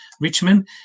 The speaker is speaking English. Richmond